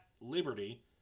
Liberty